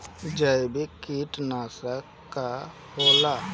जैविक कीटनाशक का होला?